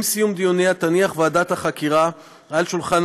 עם סיום דיוניה תניח ועדת החקירה על שולחן